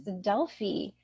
Delphi